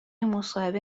مصاحبه